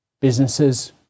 businesses